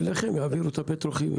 אליכם יעבירו את הפטרוכימיה.